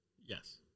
Yes